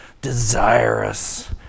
desirous